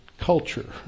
culture